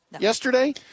yesterday